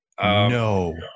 no